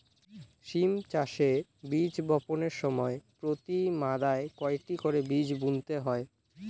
সিম চাষে বীজ বপনের সময় প্রতি মাদায় কয়টি করে বীজ বুনতে হয়?